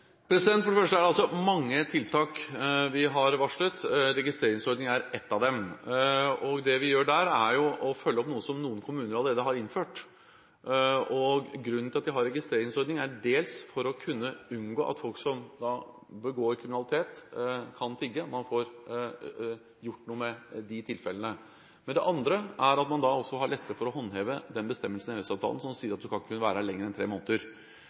For det første har vi varslet mange tiltak, registreringsordningen er ett av dem. Det vi gjør der, er å følge opp noe som noen kommuner allerede har innført. Grunnen til at vi har en registreringsordning, er for å kunne unngå at folk som begår kriminalitet, kan tigge, at man får gjort noe med de tilfellene. Det andre er at man har lettere for å håndheve den bestemmelsen i EØS-avtalen som sier at du ikke skal kunne være her lenger enn tre måneder